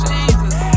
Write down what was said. Jesus